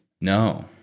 No